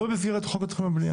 לא במסגרת חוק התכנון והבנייה.